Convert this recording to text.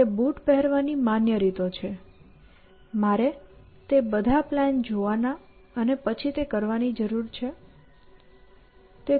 તે બૂટ પહેરવાની માન્ય રીતો છે મારે તે બધાં પ્લાન જોવાના અને પછી તે કરવાની જરૂર છે